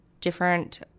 different